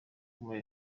muri